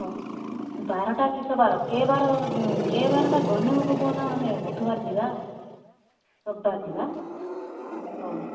ହଁ ବାରଟା କିସବାର କେ ବାର କେବାରଟା ଗନେ ହେବ କହନା ଆମେ ବୁଧୁବାର ଯିବା ରବିବାର ଯିବା ହଉ